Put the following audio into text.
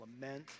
lament